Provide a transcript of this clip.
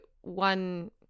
one